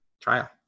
Trial